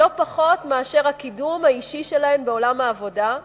לא פחות מאשר הקידום האישי שלהן בעולם העבודה,